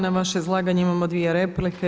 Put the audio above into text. Na vaše izlaganje imamo dvije replike.